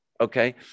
Okay